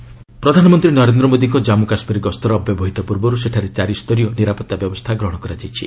PM କେକେ security ପ୍ରଧାନମନ୍ତ୍ରୀ ନରେନ୍ଦ୍ର ମୋଦିଙ୍କ ଜାମ୍ମ କାଶୁୀର ଗସ୍ତରର ଅବ୍ୟବହିତ ପୂର୍ବରୁ ସେଠାରେ ଚାରି ସ୍ତରୀୟ ନିରାପତ୍ତା ବ୍ୟବସ୍ଥା ଗ୍ରହଣ କରାଯାଇଛି